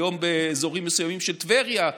היום באזורים מסוימים של טבריה,